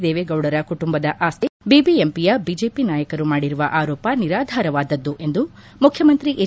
ದೇವೇಗೌಡರ ಕುಟುಂಬದ ಆಸ್ತಿ ಕುರಿತಂತೆ ಬಿಬಿಎಂಪಿಯ ಬಿಜೆಪಿ ನಾಯಕರು ಮಾಡಿರುವ ಆರೋಪ ನಿರಾಧಾರವಾದದ್ದು ಎಂದು ಮುಖ್ಯಮಂತ್ರಿ ಎಚ್